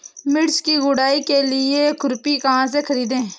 मिर्च की गुड़ाई के लिए खुरपी कहाँ से ख़रीदे?